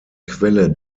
quelle